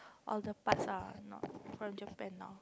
all the parts are not from Japan ah